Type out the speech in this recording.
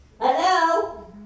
Hello